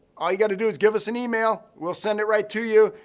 all you gotta do is give us an email. we'll send it right to you.